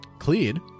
cleared